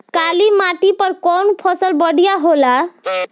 काली माटी पर कउन फसल बढ़िया होला?